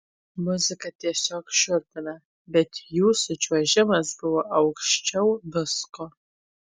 muzika tiesiog šiurpina bet jūsų čiuožimas buvo aukščiau visko